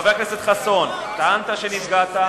חבר הכנסת חסון, טענת שנפגעת.